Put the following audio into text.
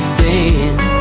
dance